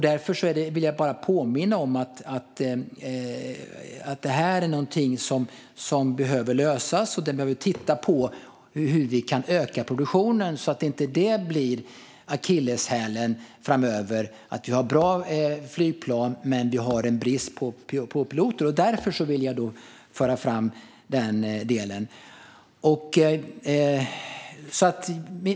Därför ville jag bara påminna om att detta är någonting som behöver lösas, och vi behöver titta på hur vi kan öka produktionen så att det inte blir en akilleshäl framöver att vi har bra flygplan men brist på piloter. Därför ville jag föra fram den delen.